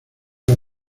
los